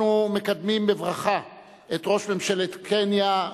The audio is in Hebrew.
אנחנו מקדמים בברכה את ראש ממשלת קניה,